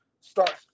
start